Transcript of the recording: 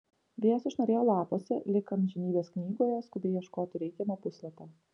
vėjas sušnarėjo lapuose lyg amžinybės knygoje skubiai ieškotų reikiamo puslapio